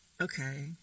okay